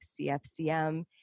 CFCM